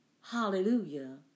hallelujah